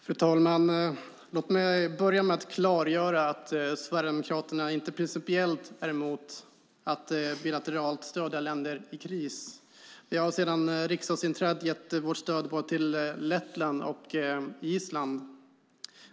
Fru talman! Låt mig börja med att klargöra att Sverigedemokraterna inte principiellt är emot att bilateralt stödja länder i kris. Vi har sedan riksdagsinträdet gett vårt stöd både till Lettland och till Island.